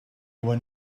were